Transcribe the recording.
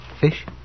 Fish